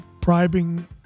bribing